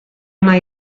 ona